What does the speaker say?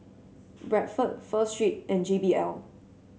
Bradford Pho Street and J B L